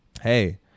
hey